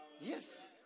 Yes